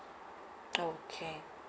okay